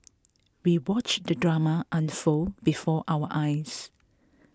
we watched the drama unfold before our eyes